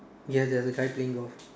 ya there's a guy playing golf